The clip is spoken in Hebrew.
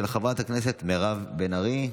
של חברת הכנסת מירב בן ארי.